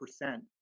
percent